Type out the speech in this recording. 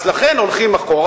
אז לכן הולכים אחורה,